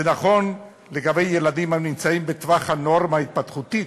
זה נכון לגבי ילדים הנמצאים בטווח הנורמה ההתפתחותית,